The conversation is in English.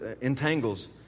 entangles